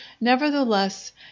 nevertheless